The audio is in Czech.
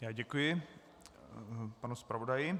Já děkuji panu zpravodaji.